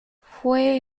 fue